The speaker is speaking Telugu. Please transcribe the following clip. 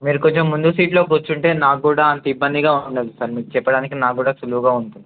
మీరు కొంచెం ముందు సీట్లో కూర్చుంటే నాకు కూడా అంత ఇబ్బందిగా ఉండదు సార్ మీకు చెప్పడానికి నాకు కూడా సులువుగా ఉంటుంది